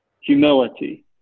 humility